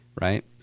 right